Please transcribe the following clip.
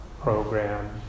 program